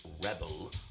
Rebel